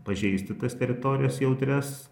pažeisti tas teritorijas jautrias